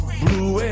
blue